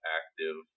active